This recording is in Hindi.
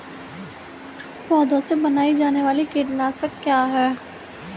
पौधों से बनाई जाने वाली कीटनाशक क्या है?